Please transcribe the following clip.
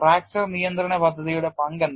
fracture നിയന്ത്രണ പദ്ധതിയുടെ പങ്ക് എന്താണ്